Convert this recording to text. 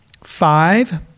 five